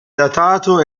datato